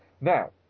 now